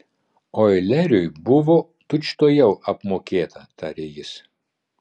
oileriui buvo tučtuojau apmokėta tarė jis